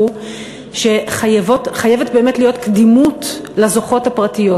הוא שחייבת באמת להיות קדימות לזוכות הפרטיות,